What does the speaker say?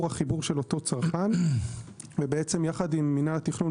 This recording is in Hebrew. החיבור של אותו צרכן ויחד עם מינהל התכנון,